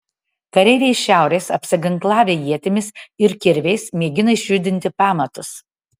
kareiviai iš šiaurės apsiginklavę ietimis ir kirviais mėgina išjudinti pamatus